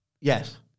yes